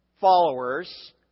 followers